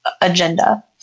agenda